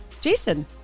Jason